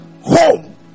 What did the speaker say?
home